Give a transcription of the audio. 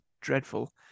dreadful